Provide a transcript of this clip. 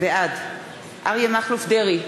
בעד אריה מכלוף דרעי,